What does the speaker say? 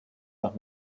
los